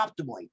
optimally